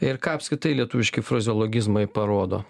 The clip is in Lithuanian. ir ką apskritai lietuviški frazeologizmai parodo